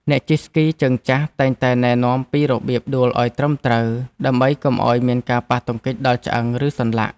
អ្នកជិះស្គីជើងចាស់តែងតែណែនាំពីរបៀបដួលឱ្យត្រឹមត្រូវ ដើម្បីកុំឱ្យមានការប៉ះទង្គិចដល់ឆ្អឹង ឬសន្លាក់។